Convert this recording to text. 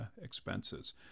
expenses